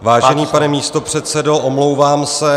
Vážený pane místopředsedo, omlouvám se.